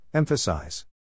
Emphasize